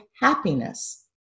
happiness